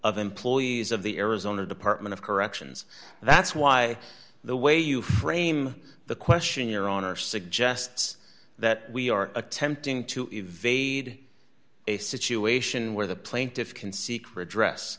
of employees of the arizona department of corrections that's why the way you frame the question your honor suggests that we are attempting to evade a situation where the plaintiffs can seek redress